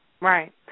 right